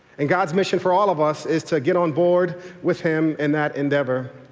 and god's mission for all of us is to get on board with him in that endeavor.